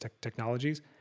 technologies